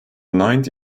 ninth